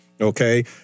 Okay